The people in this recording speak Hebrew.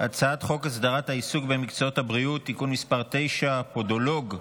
הצעת חוק הסדרת העיסוק במקצועות הבריאות (תיקון מס' 9) (פודולוג),